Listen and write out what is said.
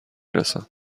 رسم